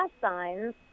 signs